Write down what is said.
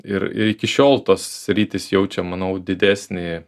ir iki šiol tos sritys jaučia manau didesnį